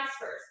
first